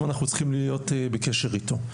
אז אנחנו צריכים להיות בקשר אתו.